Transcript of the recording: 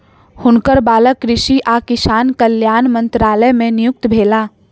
हुनकर बालक कृषि आ किसान कल्याण मंत्रालय मे नियुक्त भेला